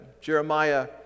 Jeremiah